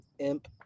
Imp